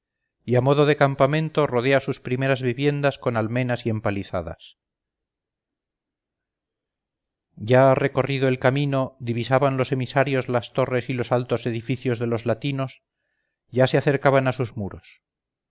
y a modo de campamento rodea sus primeras viviendas con almenas y empalizadas ya recorrido el camino divisaban los emisarios las torres y los altos edificios de los latinos ya se acercaban a sus muros